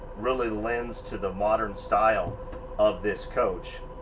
really lends to the modern style of this coach.